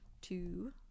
two